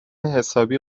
حسابی